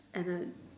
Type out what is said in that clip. and a